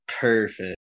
Perfect